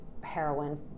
heroin